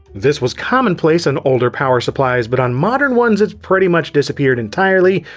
this was commonplace on older power supplies, but on modern ones it's pretty much disappeared entirely,